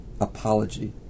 Apology